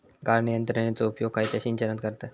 गाळण यंत्रनेचो उपयोग खयच्या सिंचनात करतत?